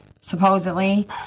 supposedly